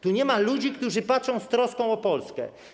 Tu nie ma ludzi, którzy patrzą z troską na Polskę.